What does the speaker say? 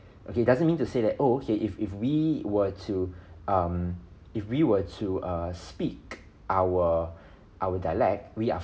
okay doesn't mean to say that oh okay if if we were to um if we were to err speak our our dialect we are